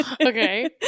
Okay